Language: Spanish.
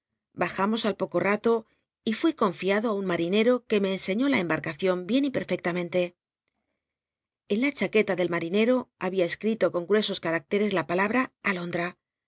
bajamos al poco mto y fui confiado ü un m ll'inero que me ensciíó la embatcacion bien y petfectamenle l n la chaqueta del matinet'o había escrito con gruesos camclercs la pnlabta